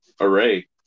array